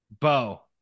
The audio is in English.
Bo